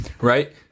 right